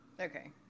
Okay